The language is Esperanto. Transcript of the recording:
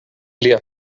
lia